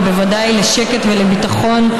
ובוודאי לשקט ולביטחון,